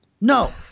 No